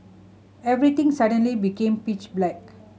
everything suddenly became pitch black